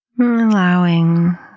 Allowing